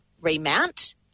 remount